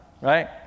right